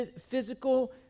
physical